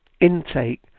Intake